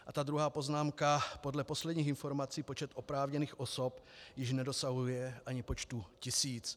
A druhá poznámka: Podle posledních informací počet oprávněných osob již nedosahuje ani počtu tisíc.